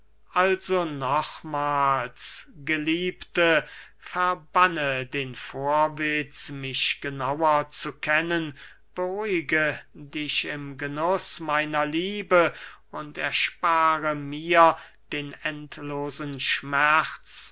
also nochmahls geliebte verbanne den vorwitz mich genauer zu kennen beruhige dich im genuß meiner liebe und erspare mir den endlosen schmerz